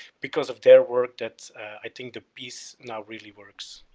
because of their work that i think the piece now really works.